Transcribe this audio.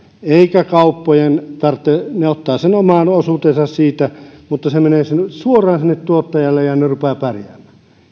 eikä kauppojen tarvitse ne ottavat sen oman osuutensa siitä mutta se menee suoraan sinne tuottajille ja ne rupeavat pärjäämään